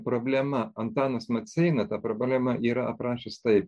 problema antanas maceina tą problemą yra aprašęs taip